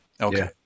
Okay